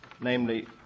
namely